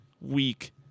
Weak